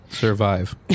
survive